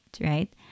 right